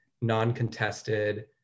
non-contested